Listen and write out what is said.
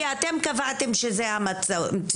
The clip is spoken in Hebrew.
כי אתם קבעתם שזו המציאות.